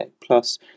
Plus